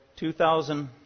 2000